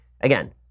Again